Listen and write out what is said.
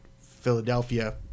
philadelphia